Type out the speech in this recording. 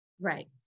Right